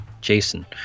Jason